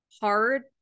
hard